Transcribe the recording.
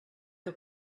que